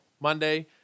Monday